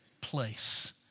place